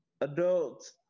adults